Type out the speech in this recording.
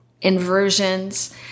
inversions